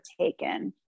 taken